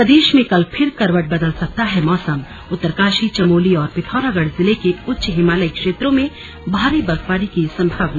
प्रदेश में कल फिर करवट बदल सकता है मौसमउत्तरकाशी चमोली और पिथौरागढ़ जिलों के उच्च हिमालयी क्षेत्रों में भारी बर्फबारी की संभावना